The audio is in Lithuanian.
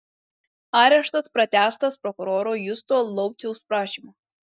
areštas pratęstas prokuroro justo lauciaus prašymu